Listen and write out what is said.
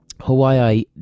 Hawaii